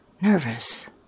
nervous